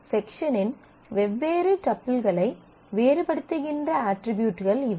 செக்ஷனின் வெவ்வேறு டப்பிள்களை வேறுபடுத்துகின்ற அட்ரிபியூட்கள் இவை